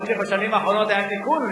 יכול להיות שבשנים האחרונות היה תיקון,